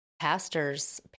pastors